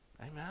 Amen